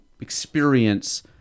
experience